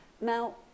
Now